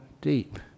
deep